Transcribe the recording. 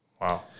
Wow